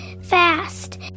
fast